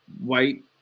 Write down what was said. white